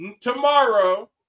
Tomorrow